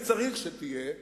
וצריך שתהיה,